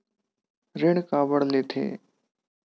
ऋण काबर लेथे?